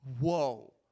whoa